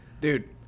Dude